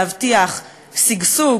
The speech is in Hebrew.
להבטיח שגשוג,